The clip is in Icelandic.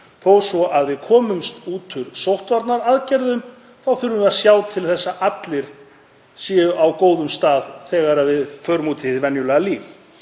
Þó svo að við komumst út úr sóttvarnaaðgerðum þá þurfum við að sjá til þess að allir séu á góðum stað þegar við förum út í hið venjulega líf.